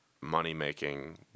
money-making